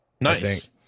Nice